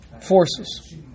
forces